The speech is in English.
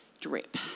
drip